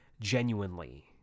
genuinely